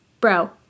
bro